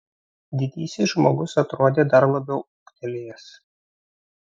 didysis žmogus atrodė dar labiau ūgtelėjęs